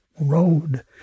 road